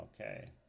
Okay